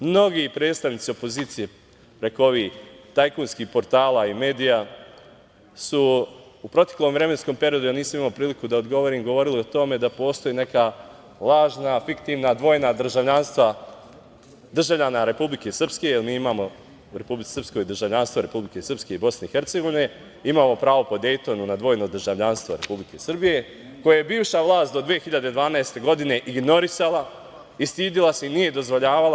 Mnogi predstavnici opozicije, dakle, ovih tajkunskih portala i medija su u proteklom vremenskom periodu, ja nisam imao priliku da odgovorim, govorili o tome da postoje neka lažna, fiktivna, dvojna državljanstva državljana Republike Srpske, jer mi imamo u Republici Srpskoj državljanstvo Republike Srpske i BiH, imamo pravo po Dejtonu na dvojno državljanstvo Republike Srbije koje je bivša vlast do 2012. godine ignorisala i stidela se i nije dozvoljavala…